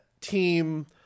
team